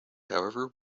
however